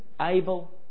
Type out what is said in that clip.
Abel